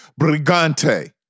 Brigante